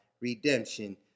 redemption